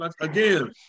Again